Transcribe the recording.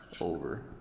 Over